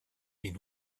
been